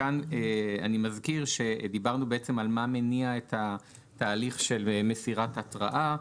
אני מזכיר שדיברנו בעצם על מה שמניע את התהליך של מסירת התראה,